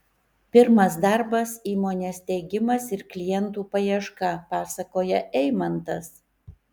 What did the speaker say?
pirmas darbas įmonės steigimas ir klientų paieška pasakoja eimantas